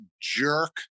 jerk